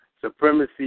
Supremacy